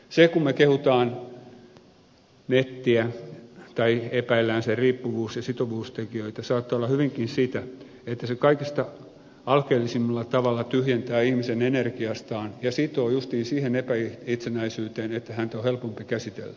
se kun me kehumme nettiä tai epäilemme sen riippuvuus ja sitovuustekijöitä saattaa olla hyvinkin sitä että se kaikista alkeellisimmalla tavalla tyhjentää ihmisen energiastaan ja sitoo justiin siihen epäitsenäisyyteen että häntä on helpompi käsitellä